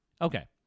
Okay